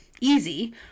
easy